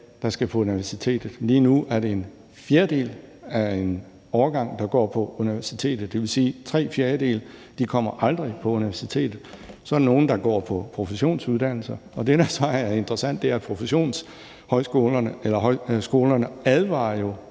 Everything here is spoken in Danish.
der skal på universitetet. Lige nu er det en fjerdedel af en årgang, der går på universitetet, hvilket vil sige, at tre fjerdedele aldrig kommer på universitetet. Så er der nogle, der går på professionsuddannelser, og det, der så er interessant, er, at professionshøjskolerne jo bl.a. advarer